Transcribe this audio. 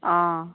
অঁ